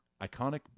iconic